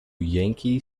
yankee